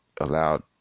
allowed